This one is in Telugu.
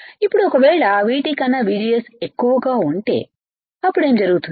ఇప్పుడు ఒకవేళ VTకన్నాVGS ఎక్కువగాఉంటే అప్పుడు ఏమి జరుగుతుంది